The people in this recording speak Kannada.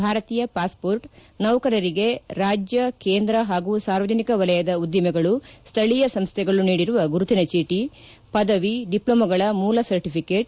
ಭಾರತೀಯ ಪಾಸ್ಪೋರ್ಟ್ ನೌಕರರಿಗೆ ರಾಜ್ಯ ಕೇಂದ್ರ ಹಾಗೂ ಸಾರ್ವಜನಿಕ ವಲಯದ ಉದ್ದಿಮೆಗಳು ಸ್ಥಳೀಯ ಸಂಸ್ಥೆಗಳು ನೀಡಿರುವ ಗುರುತಿನ ಚೀಟಿ ಪದವಿ ಡಿಪ್ಡೊಮೊಗಳ ಮೂಲ ಸರ್ಟಿಫಿಕೇಟ್